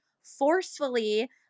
forcefully